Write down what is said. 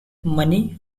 money